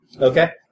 Okay